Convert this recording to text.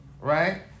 right